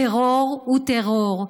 טרור הוא טרור,